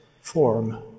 form